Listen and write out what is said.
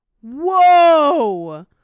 Whoa